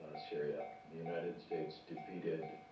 ah syria? and the united states defeated